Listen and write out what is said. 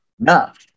enough